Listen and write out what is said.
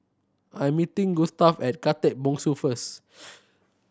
I am meeting Gustav at Khatib Bongsu first